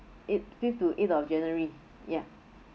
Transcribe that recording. eighth fifth to eighth of january ya